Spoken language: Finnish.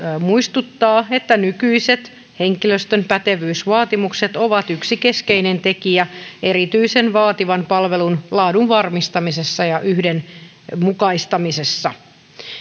muistuttaa että nykyiset henkilöstön pätevyysvaatimukset ovat yksi keskeinen tekijä erityisen vaativan palvelun laadun varmistamisessa ja yhdenmukaistamisessa